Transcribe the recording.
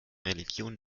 religion